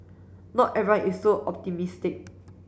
not everyone is so optimistic